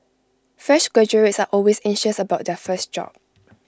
fresh graduates are always anxious about their first job